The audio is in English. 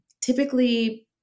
typically